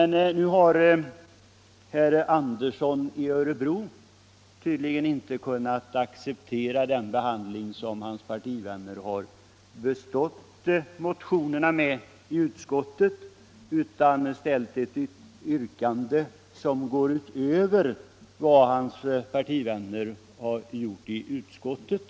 Nu har emellertid herr Andersson i Örebro tydligen inte kunnat acceptera den behandling som hans partivänner i utskottet har bestått motionerna med, utan han har ställt ett yrkande som går utöver hans partivänners yrkande i utskottet.